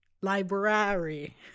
library